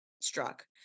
struck